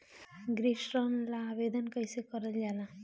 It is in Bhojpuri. गृह ऋण ला आवेदन कईसे करल जाला?